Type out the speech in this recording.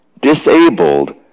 disabled